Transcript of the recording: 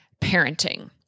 parenting